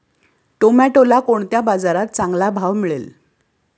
टोमॅटोला कोणत्या बाजारात चांगला भाव मिळेल?